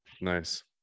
Nice